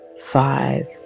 five